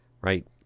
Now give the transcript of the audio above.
right